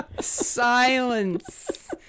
Silence